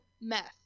meth